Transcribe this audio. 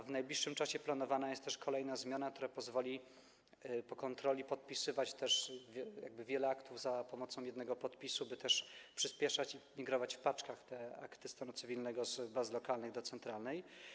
W najbliższym czasie planowana jest też kolejna zmiana, która pozwoli po kontroli podpisywać wiele aktów za pomocą jednego podpisu, by też to przyspieszać, migrować w paczkach akty stanu cywilnego z baz lokalnych do bazy centralnej.